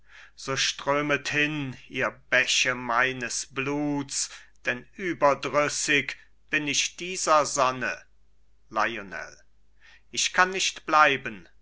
so strömet hin ihr bäche meines bluts denn überdrüssig bin ich dieser sonne lionel ich kann nicht bleiben